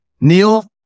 Neil